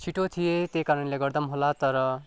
छिटो थिए त्यही कारणले गर्दा पनि होला तर